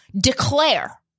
declare